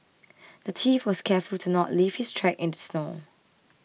the thief was careful to not leave his tracks in the snow